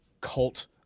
cult